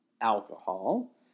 alcohol